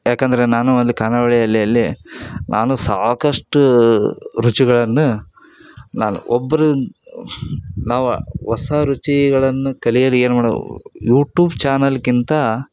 ಯಾಕಂದರೆ ನಾನು ಅಲ್ಲಿ ಖಾನಾವಳಿಯಲ್ಲಿ ಅಲ್ಲಿ ನಾನು ಸಾಕಷ್ಟು ರುಚಿಗಳನ್ನು ನಾನು ಒಬ್ರು ನಾವು ಹೊಸ ರುಚಿಗಳನ್ನು ಕಲಿಯಲಿ ಏನು ಮಾಡೊವು ಯೂಟೂಬ್ ಚಾನಲ್ಗಿಂತ